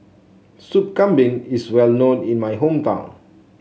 Soup Kambing is well known in my hometown